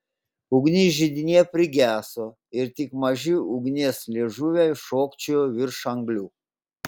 ugnis židinyje prigeso ir tik maži ugnies liežuviai šokčiojo virš anglių